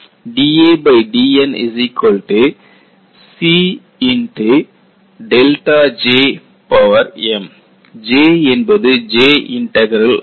dadN Cm J என்பது J integral ஆகும்